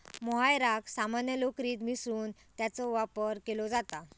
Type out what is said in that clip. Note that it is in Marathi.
मोहायराक सामान्य लोकरीत मिसळून त्याचो वापर केलो जाता